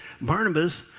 Barnabas